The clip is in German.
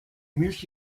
milch